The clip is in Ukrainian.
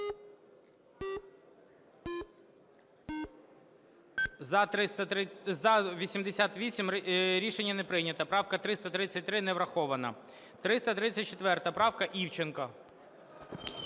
За-88 Рішення не прийнято. Правка 333 не врахована. 334 правка, Івченко.